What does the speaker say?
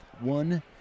one